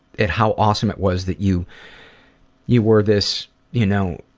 at how awesome it was that you you were this you know